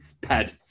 pad